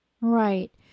Right